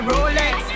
Rolex